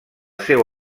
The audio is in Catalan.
seu